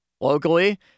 Locally